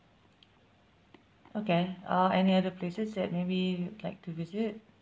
okay uh any other places that maybe you'd like to visit